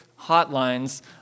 hotlines